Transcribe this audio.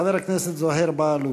חבר הכנסת זוהיר בהלול.